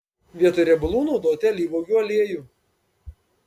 vietoj riebalų naudoti alyvuogių aliejų